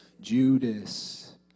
Judas